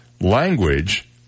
language